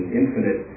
infinite